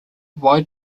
why